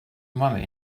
money